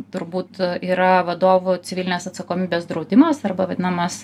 turbūt yra vadovų civilinės atsakomybės draudimas arba vadinamas